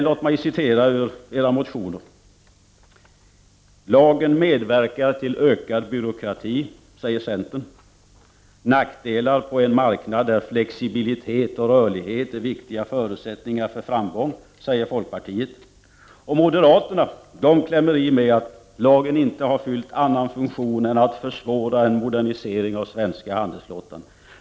Låt mig referera ur era motioner: Lagen medverkar till ökad byråkrati, säger centern. Den leder till nackdelar på en marknad där flexibilitet och rörlighet är viktiga förutsättningar för framgång, säger folkpartiet. Och moderaterna klämmer i med att lagen inte fyllt annan funktion än att försvåra en modernisering av svenska handelsflottan.